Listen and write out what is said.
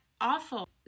awful